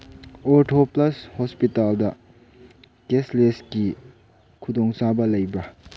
ꯑꯣꯔꯊꯣꯄ꯭ꯂꯁ ꯍꯣꯁꯄꯤꯇꯥꯜꯗ ꯀꯦꯁꯂꯦꯁꯀꯤ ꯈꯨꯗꯣꯡꯆꯥꯕ ꯂꯩꯕ꯭ꯔ